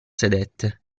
sedette